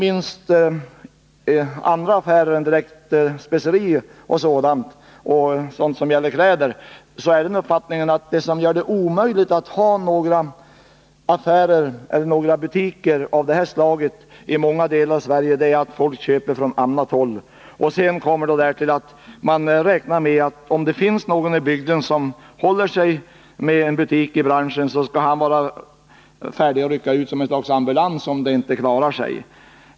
Hos andra köpmän än dem som handlar med specerier och kläder är uppfattningen den att det som gör det omöjligt att i många delar av Sverige ha specialbutiker är att folk köper från annat håll. Därtill kommer att människorna räknar med att om det finns någon i bygden som håller sig med en butik i ifrågavarande bransch, skall han vara beredd att rycka ut som något slags ambulans.